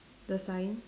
the sign